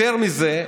יותר מזה,